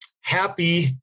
happy